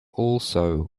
also